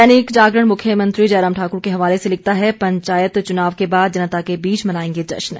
दैनिक जागरण मुख्यमंत्री जयराम ठाक्र के हवाले से लिखता है पंचायत चुनाव के बाद जनता के बीच मनाएंगे जश्न